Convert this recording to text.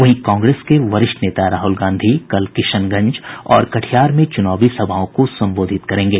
वहीं कांग्रेस के वरिष्ठ नेता राहुल गांधी कल किशनगंज और कटिहार में चुनावी सभाओं को संबोधित करेंगे